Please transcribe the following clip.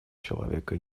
человека